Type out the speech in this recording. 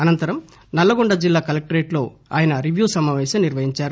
అనంతరం నల్లగొండ జిల్లా కలెక్టరేట్ లో రివ్యూ సమాపేశం నిర్వహించారు